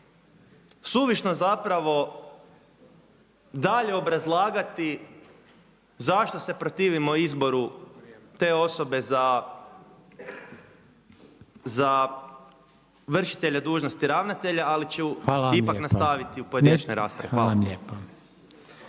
suvišno zapravo dalje obrazlagati zašto se protivimo izboru te osobe za vršitelja dužnosti ravnatelja ali ću ipak nastaviti u pojedinačnoj raspravi **Reiner,